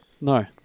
No